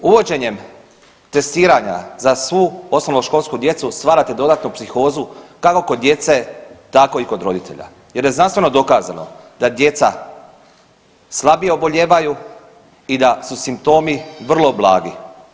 Uvođenjem testiranja za svu osnovnoškolsku djecu stvarate dodatnu psihozu kako kod djece tako i kod roditelja jer je znanstveno dokazano da djeca slabije obolijevaju i da su simptomi vrlo blagi.